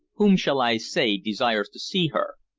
whom shall i say desires to see her?